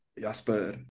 Jasper